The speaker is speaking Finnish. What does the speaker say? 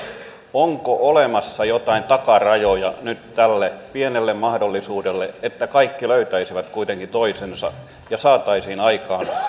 onko olemassa jotain takarajoja nyt tälle pienelle mahdollisuudelle että kaikki löytäisivät kuitenkin toisensa ja saataisiin aikaan